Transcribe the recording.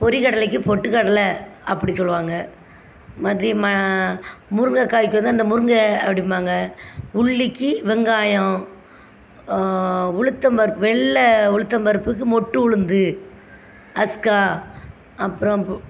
பொரி கடலைக்கு பொட்டுக்கடலை அப்படி சொல்லுவாங்க மதி ம முருங்கைக்காய்க்கு தான் இந்த முருங்கை அப்படிம்பாங்க உள்ளிக்கு வெங்காயம் உளுத்தம் பருப்பு வெள்ளை உளுத்தம் பருப்புக்கு மொட்டு உளுந்து அஸ்கா அப்புறம் பு